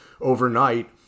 overnight